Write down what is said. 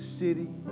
city